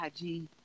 IG